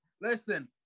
listen